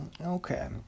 Okay